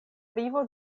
vivo